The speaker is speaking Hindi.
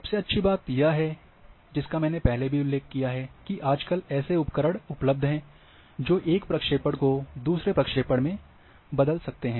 सबसे अच्छी बात यह है जिसका मैंने पहले भी उल्लेख किया है कि आजकल ऐसे उपकरण उपलब्ध हैं जो एक प्रक्षेपण को दूसरे प्रक्षेपण में बदल सकते हैं